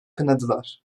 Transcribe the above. kınadılar